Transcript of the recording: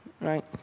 Right